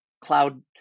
cloud